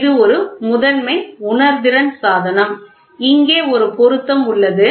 இது ஒரு முதன்மை உணர்திறன் சாதனம் இங்கே ஒரு பொருத்தம் உள்ளது